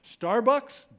Starbucks